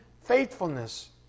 faithfulness